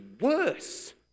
worse